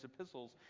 epistles